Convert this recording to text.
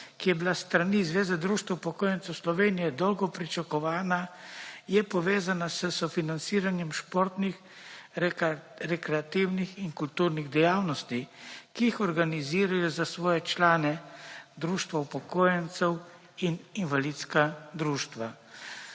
ki je bila s strani Zveze društev upokojencev Slovenije dolgo pričakovana je povezana s sofinanciranjem športnih rekreativnih in kulturnih dejavnosti, ki jih organizirajo za svoje člane Društvo upokojencev in Invalidska društva.